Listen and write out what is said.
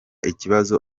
ikibazo